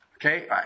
Okay